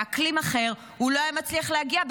באקלים אחר הוא לא היה מצליח להגיע.